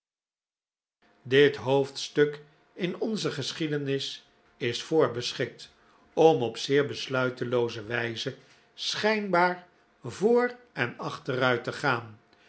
dit hoofdstuk in onze geschiedenis is voorbeschikt om op zeer besluitelooze wijze schijnbaar voor en achter uit te gaan